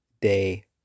day